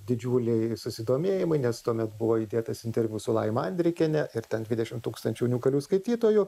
didžiulį susidomėjimą nes tuomet buvo įdėtas interviu su laima andrikiene ir ten dvidešimt tūkstančių unikalių skaitytojų